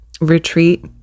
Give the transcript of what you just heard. retreat